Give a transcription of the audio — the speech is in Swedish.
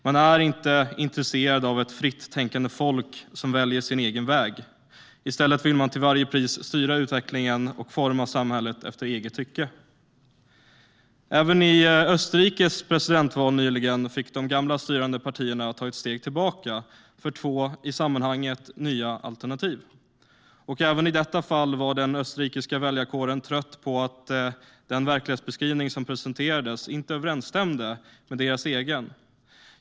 De är inte intresserade av ett fritt tänkande folk som väljer sin egen väg; i stället vill de till varje pris styra utvecklingen och forma samhället efter eget tycke. Även i Österrikes presidentval nyligen fick de gamla styrande partierna ta ett steg tillbaka för två i sammanhanget nya alternativ. Även i detta fall var den österrikiska väljarkåren trött på att den verklighetsbeskrivning som presenterades inte överensstämde med den egna.